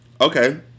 Okay